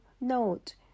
Note